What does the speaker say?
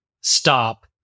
stop